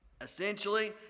essentially